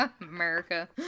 America